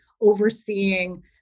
overseeing